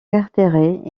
carteret